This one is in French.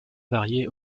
varié